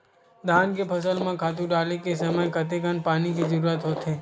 धान के फसल म खातु डाले के समय कतेकन पानी के जरूरत होथे?